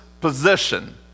position